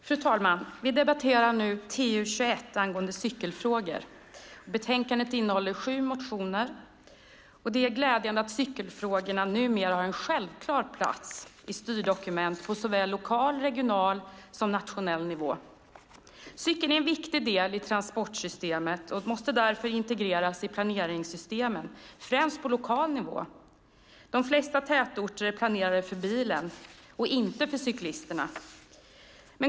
Fru talman! Vi debatterar nu TU21 angående cykelfrågor. I betänkandet behandlas sju motioner. Det är glädjande att cykelfrågorna numera har en självklar plats i styrdokument på såväl lokal, regional som nationell nivå. Cykeln är en viktig del i transportsystemet och måste därför integreras i planeringssystemen, främst på lokal nivå. De flesta tätorter är planerade för bilen och inte för cyklisterna.